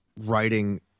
writing